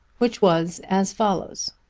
which was as follows